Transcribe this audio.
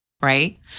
right